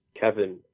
Kevin